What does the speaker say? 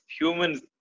humans